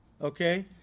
okay